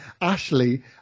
Ashley